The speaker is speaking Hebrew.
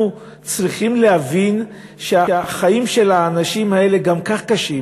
אנחנו צריכים להבין שהחיים של האנשים האלה גם כך קשים,